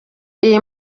iyi